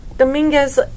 Dominguez